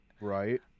Right